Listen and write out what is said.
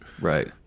Right